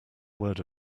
word